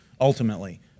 ultimately